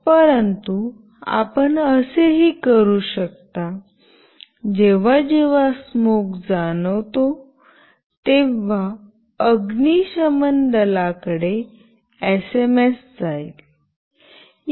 परंतु आपण असेही करू शकता जेव्हा जेव्हा स्मोक जाणवतो तेव्हा अग्निशमन दलाकडे एसएमएस जाईल